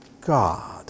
God